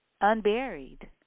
unburied